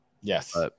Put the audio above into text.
yes